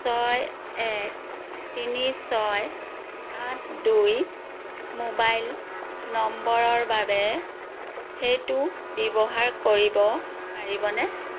ছয় এক তিনি ছয় আঠ দুই মোবাইল নম্বৰৰ বাবে সেইটো ব্যৱহাৰ কৰিব পাৰিবনে